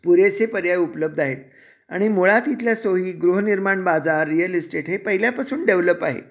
पुरेसे पर्याय उपलब्ध आहेत आणि मुळात इथल्या सोई गृहनिर्माण बाजार रिअल इस्टेट हे पहिल्यापासून डेव्हलप आहे